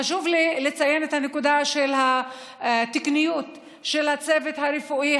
חשוב לי לציין את הנקודה של התקניות של הצוות הרפואי,